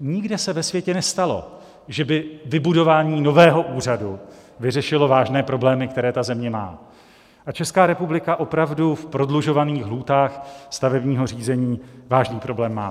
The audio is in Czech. Nikde se ve světě nestalo, že by vybudování nového úřadu vyřešilo vážné problémy, které ta země má, a Česká republika opravdu v prodlužovaných lhůtách stavebního řízení vážný problém má.